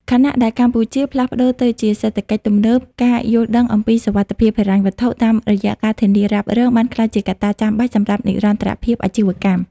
ខណៈដែលកម្ពុជាផ្លាស់ប្តូរទៅជាសេដ្ឋកិច្ចទំនើប ការយល់ដឹងអំពីសុវត្ថិភាពហិរញ្ញវត្ថុតាមរយៈការធានារ៉ាប់រង បានក្លាយជាកត្តាចាំបាច់សម្រាប់និរន្តរភាពអាជីវកម្ម។